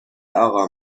اقا